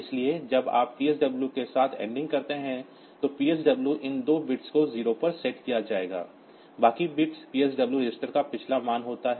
इसलिए जब आप PSW के साथ एंडिंग करते हैं तो PSW इन दो बिट्स को 0 पर सेट किया जाएगा बाकी बिट्स PSW रजिस्टर का पिछला मान होता रहेगा